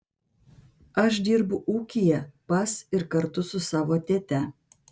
aš dirbu ūkyje pas ir kartu su savo tėte